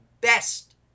best